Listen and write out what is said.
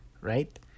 right